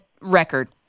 record